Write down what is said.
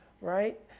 right